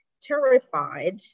terrified